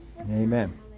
Amen